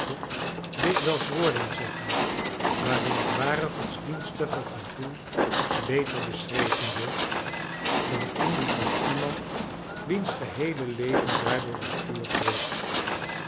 dikwijls woorden zeggen waarin het ware godsdienstige gevoel beter beschreven wordt dan in die van iemand wiens geheele leven daardoor bestuurd wordt